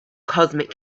cosmic